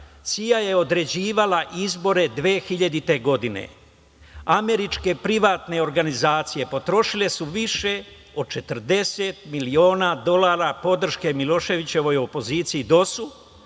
CIA je određivala izbore 2000. godine. Američke privatne organizacije potrošile su više od 40 miliona dolara podrške Miloševićevoj opoziciji,